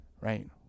right